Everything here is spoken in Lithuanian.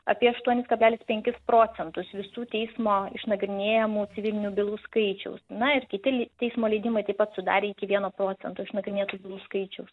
apie aštuonis kablelis penkis procentus visų teismų išnagrinėjamų civilinių bylų skaičiaus na ir kiti li teismo leidimai taip pat sudarė iki vieno procento išnagrinėtų bylų skaičiaus